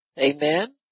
Amen